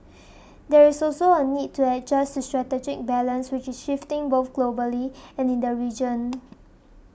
there is also a need to adjust to strategic balance which is shifting both globally and in the region